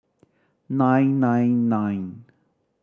nine nine nine